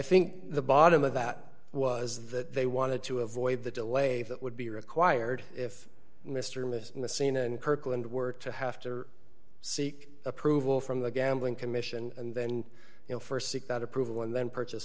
think the bottom of that was that they wanted to avoid the delay that would be required if mr mist on the scene and kirkland were to have to seek approval from the gambling commission and then you know st seek that approval and then purchase